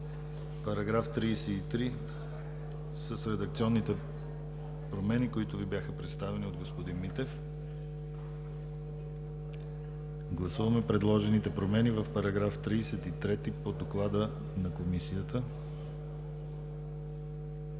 § 33 с редакционните промени, които Ви бяха представени от господин Митев. Гласуваме предложените промени в § 33 по Доклада на Комисията.